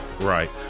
Right